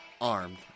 armed